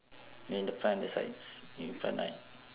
then the front is like s~ in front right